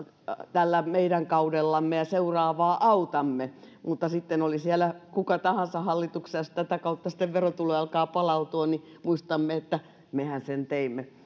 tällä meidän kaudellamme ja seuraavaa autamme mutta oli siellä hallituksessa sitten kuka tahansa jos tätä kautta verotuloja alkaa palautua niin muistamme että mehän sen teimme